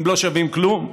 הם לא שווים כלום.